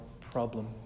problem